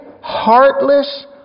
heartless